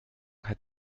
hat